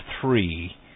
three